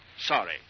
Sorry